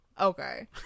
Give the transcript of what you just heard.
Okay